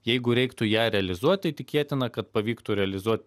jeigu reiktų ją realizuot tai tikėtina kad pavyktų realizuot